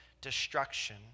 destruction